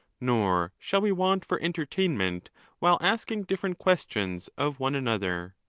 nor shall we want for entertainment while asking different questions of one another.